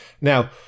Now